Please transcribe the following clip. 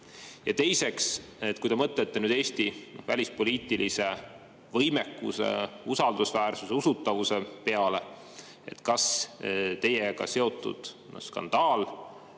Ja teiseks, kui te mõtlete nüüd Eesti välispoliitilise võimekuse, usaldusväärsuse, usutavuse peale, siis kas teiega seotud